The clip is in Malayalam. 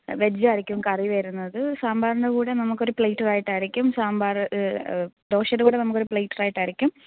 വെജ് ആയിരിക്കും കറി വരുന്നത് സാമ്പാറിന്റെ കൂടെ നമുക്കൊരു പ്ലാറ്റർ ആയിട്ടായിരിക്കും സാമ്പാർ ദോശയുടെ കൂടെ നമുക്കൊരു പ്ലാറ്റർ ആയിട്ടായിരിക്കും